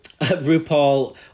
RuPaul